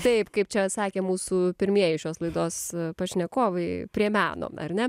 taip kaip čia sakė mūsų pirmieji šios laidos pašnekovai prie meno ar ne